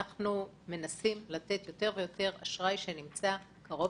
שמנסים לתת יותר ויותר אשראי שנמצא קרוב